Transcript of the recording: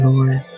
Lord